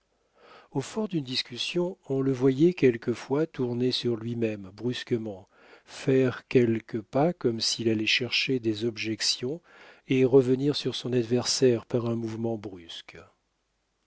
au fort d'une discussion on le voyait quelquefois tourner sur lui-même brusquement faire quelques pas comme s'il allait chercher des objections et revenir sur son adversaire par un mouvement brusque